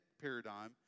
paradigm